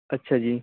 ਅੱਛਾ ਜੀ